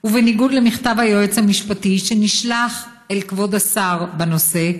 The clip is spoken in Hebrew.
ובניגוד למכתב היועץ המשפטי שנשלח אל כבוד השר בנושא,